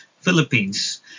Philippines